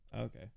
Okay